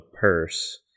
purse